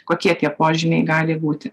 kokie tie požymiai gali būti